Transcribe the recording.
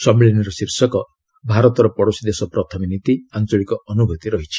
ସମ୍ମିଳନୀର ଶୀର୍ଷକ 'ଭାରତର ପଡ଼ୋଶୀ ଦେଶ ପ୍ରଥମେ ନୀତି ଆଞ୍ଚଳିକ ଅନୁଭୂତି' ରହିଛି